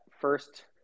first